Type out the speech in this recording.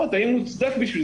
מניעת תחלואה,